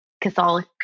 Catholic